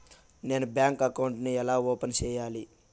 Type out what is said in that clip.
నేను bank account ను ఎలా ఓపెన్ సేయాలి?